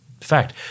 fact